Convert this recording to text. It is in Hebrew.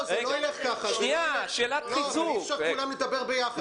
אי אפשר שכולם ידברו ביחד.